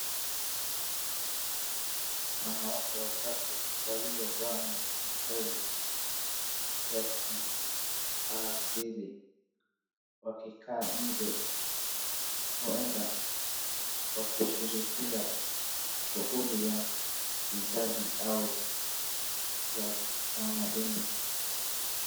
Wanawake watatu waliovaa mavazi ya kiasili wakikaa nje huenda wakishiriki shughuli ya kijadi au ya kitamaduni.